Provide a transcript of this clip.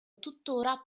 tuttora